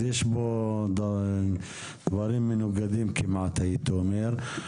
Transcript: אז יש פה דברים מנוגדים כמעט הייתי אומר.